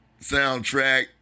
soundtrack